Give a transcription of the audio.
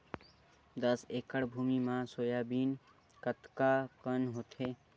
दस एकड़ भुमि म सोयाबीन कतका कन होथे?